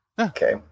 Okay